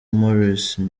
maurice